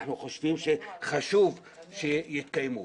אנחנו חושבים שחשוב שיתקיימו.